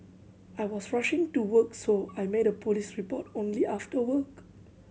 I was rushing to work so I made a police report only after work